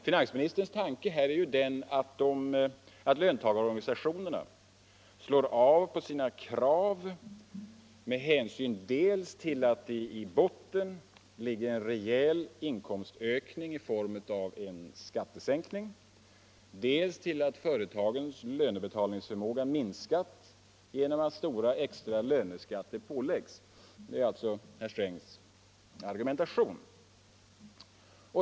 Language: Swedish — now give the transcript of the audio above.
Finansministerns tanke är att löntagarorganisationerna slår av på sina krav med hänsyn dels till att i botten ligger en rejäl inkomstökning i form av en skattesänkning, dels till att företagens lönebetalningsförmåga minskat genom att stora extra löne skatter pålagts. Det är alltså herr Strängs argumentation.